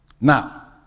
Now